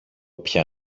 πια